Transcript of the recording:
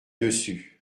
dessus